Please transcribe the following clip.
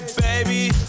Baby